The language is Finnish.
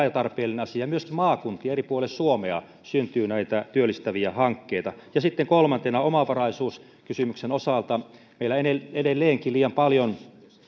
ja tarpeellinen asia myöskin maakuntiin ja eri puolille suomea syntyy näitä työllistäviä hankkeita ja sitten kolmantena omavaraisuuskysymyksen osalta meillä edelleenkin liian paljon